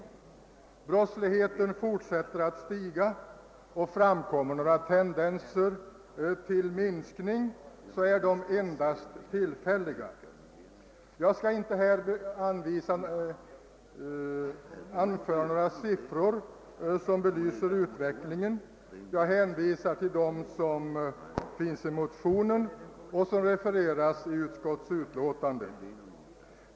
Brottsligheten fortsätter att stiga, och framkommer några tendenser till minskning, så är de endast tillfälliga. Jag skall inte här anföra några siffror som belyser utvecklingen. Jag hänvisar till dem som finns i motionen och som refereras i utskottsutlåtandet.